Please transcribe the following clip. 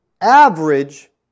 average